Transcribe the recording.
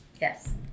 Yes